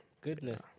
Goodness